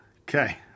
Okay